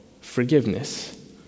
forgiveness